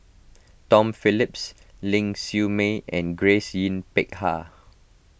Tom Phillips Ling Siew May and Grace Yin Peck Ha